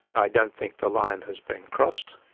i don't think the line has been crossed.